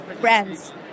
brands